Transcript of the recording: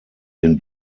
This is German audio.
den